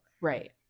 right